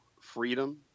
freedom